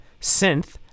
synth